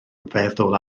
feddwl